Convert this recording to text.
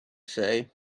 say